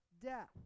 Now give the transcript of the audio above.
death